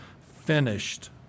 finished